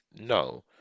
no